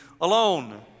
alone